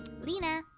Lena